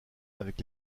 avec